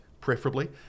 preferably